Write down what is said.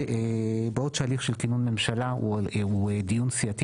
בעוד שהליך של כינון ממשלה הוא דיון סיעתי